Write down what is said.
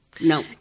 No